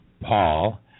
Paul